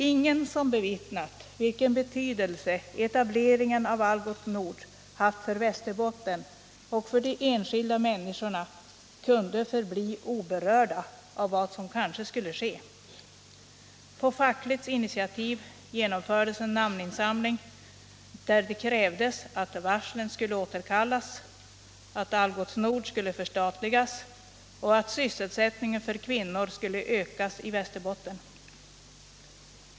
Ingen som bevittnat vilken betydelse etableringen av Algots Nord haft för Västerbotten och för de enskilda människorna kunde förbli oberörd av vad som kanske skulle ske. På fackligt initiativ genomfördes en namninsamling, där det krävdes att varslen skulle återkallas, att Algots Nord skulle förstatligas och att sysselsättningen för kvinnor skulle ökas i Västerbotten. Uppropet undertecknades av 32 000 personer.